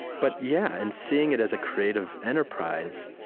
but, yeah, and seeing it as a creative enterprise,